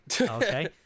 Okay